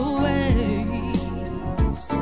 ways